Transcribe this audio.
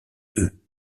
eux